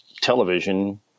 television –